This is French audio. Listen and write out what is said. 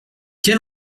quel